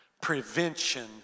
Prevention